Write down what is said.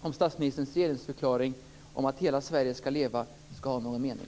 om statsministerns regeringsförklaring om att Hela Sverige skall leva skall ha någon mening.